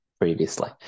previously